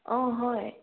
অ' হয়